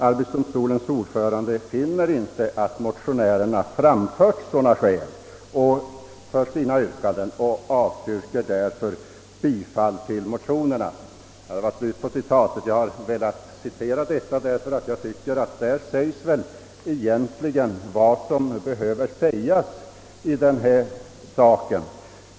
Arbetsdomstolens ordförande finner inte att motionärerna framfört sådana skäl för sina yrkanden och avstyrker därför bifall till motionerna.» Jag har velat citera detta därför att där säges egentligen vad som behöver sägas i denna fråga.